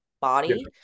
body